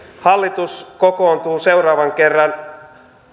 hallitus kokoontuu seuraavan kerran